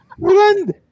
friend